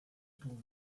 pour